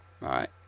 right